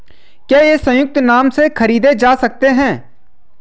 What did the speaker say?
क्या ये संयुक्त नाम से खरीदे जा सकते हैं?